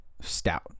stout